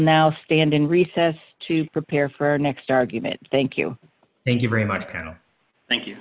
now stand in recess to prepare for next argument thank you thank you very much thank you